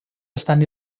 estan